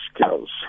skills